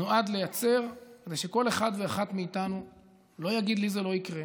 נועד לייצר כדי שכל אחד ואחת מאיתנו לא יגיד: לי זה לא יקרה,